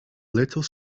little